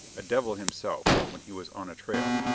a devil himself, when he was on a trail,